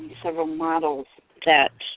several models that